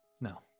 no